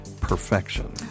perfection